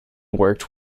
worked